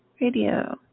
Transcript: Radio